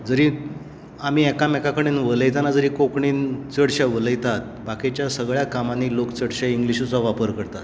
जरी आमी एकामेका कडेन उलयतांना जरी कोंकणीन चडशें उलयतात बाकीचें सगळ्यां कामांनी लोक चडशें इंग्लीशिचो वपार करतात